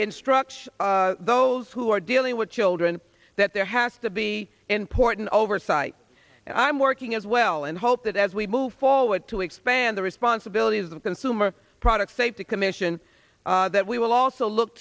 instructs those who are dealing with children that there has to be important oversight i'm work as well and hope that as we move forward to expand the responsibilities the consumer product safety commission that we will also look